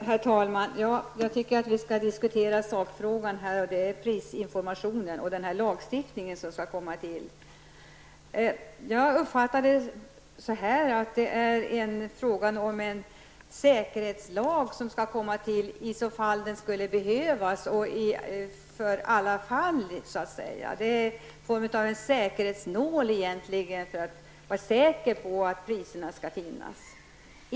Herr talman! Även jag anser att vi skall diskutera den sakfråga vi behandlar, nämligen frågan om prisinformationen och den föreslagna lagen. Jag uppfattar det som att det är en säkerhetslag för de fall den kan behöva användas. Det är något av en säkerhetsventil för att tillse att varornas priser anges.